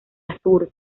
azur